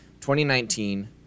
2019